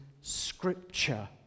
scripture